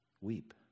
Weep